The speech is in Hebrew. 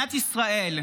מדינת ישראל,